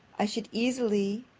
i should easily,